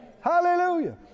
Hallelujah